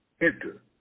Enter